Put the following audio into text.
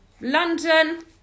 London